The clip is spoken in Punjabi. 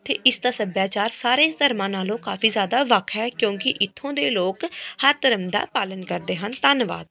ਅਤੇ ਇਸ ਦਾ ਸੱਭਿਆਚਾਰ ਸਾਰੇ ਧਰਮਾਂ ਨਾਲੋਂ ਕਾਫ਼ੀ ਜ਼ਿਆਦਾ ਵੱਖ ਹੈ ਕਿਉਂਕਿ ਇੱਥੋਂ ਦੇ ਲੋਕ ਹਰ ਧਰਮ ਦਾ ਪਾਲਣ ਕਰਦੇ ਹਨ ਧੰਨਵਾਦ